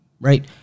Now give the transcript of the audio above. Right